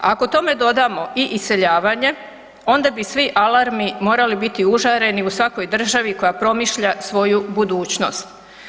Ako tome dodamo i iseljavanje onda bi svi alarmi morali biti užareni u svakoj državi koja promišlja svoju budućnost.